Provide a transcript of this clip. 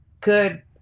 good